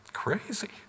crazy